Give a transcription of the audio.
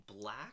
black